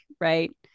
right